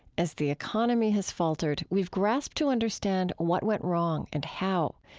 as the economy has faltered, we've grasped to understand what went wrong and how.